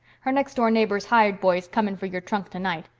her next-door neighbor's hired boy is coming for your trunk tonight.